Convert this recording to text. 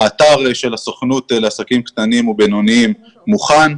האתר של הסוכנות לעסקים קטנים ובינוניים מוכן.